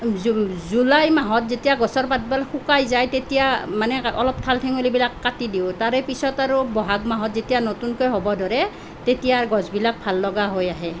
জু July মাহত যেতিয়া গছৰপাতবোৰ শুকাই যায় তেতিয়া মানে অলপ ঠাল ঠেঙুলিবিলাক কাটি দিওঁ তাৰে পিছত আৰু ব'হাগ মাহত যেতিয়া নতুনকৈ হ'ব ধৰে তেতিয়া গছবিলাক ভাল লগা হৈ আহে